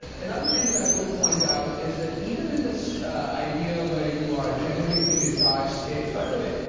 another thing that i will point out is that even in this idea where you are generating entire states by the way,